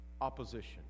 opposition